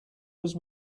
was